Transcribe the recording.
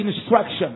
instruction